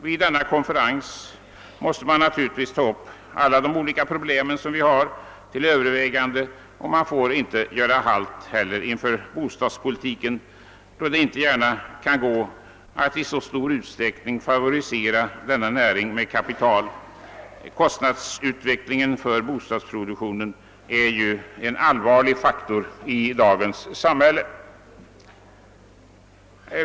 Vid denna konferens måste man naturligtvis ta upp alla de olika problemen till övervägan de, och man får inte göra halt heller inför bostadspolitiken, då det inte gärna kan vara möjligt att i så stor utsträckning favorisera bostadsbyggandet med kapital. Kostnadsutvecklingen för bostadsproduktionen är ju en allvarlig faktor i dagens samhälle.